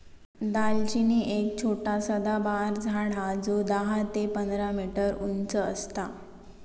दालचिनी एक छोटा सदाबहार झाड हा जो दहा ते पंधरा मीटर उंच असता